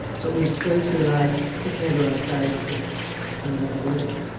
but we go through life pushing everyone aside as if we never knew it.